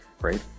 right